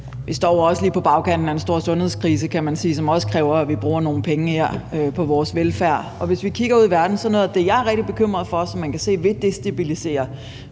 Vi står også lige på bagkanten af en stor sundhedskrise, kan man sige, som også kræver, at vi bruger nogle penge på vores velfærd. Hvis jeg kigger ud i verden, er noget af det, som jeg er rigtig bekymret for, og som man kan se vil destabilisere